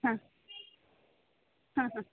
ಹಾಂ ಹಾಂ ಹಾಂ